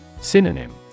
Synonym